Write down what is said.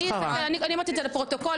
אני אמרתי את זה לפרוטוקול,